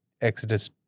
Exodus